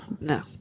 No